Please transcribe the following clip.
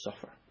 suffer